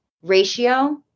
Ratio